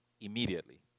immediately